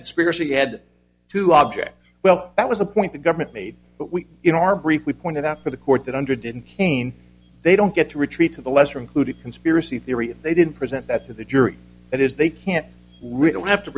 that spirity had to object well that was a point the government made but we in our brief we pointed out for the court that under didn't cain they don't get to retreat to the lesser included conspiracy theory if they didn't present that to the jury that is they can't really have to